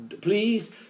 Please